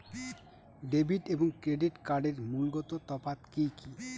Debit এবং credit কার্ডের মূলগত তফাত কি কী?